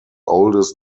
oldest